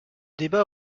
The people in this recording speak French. débat